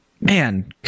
man